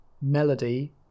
Melody